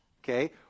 Okay